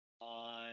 on